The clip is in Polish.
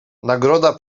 nagroda